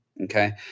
Okay